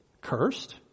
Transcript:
cursed